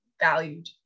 valued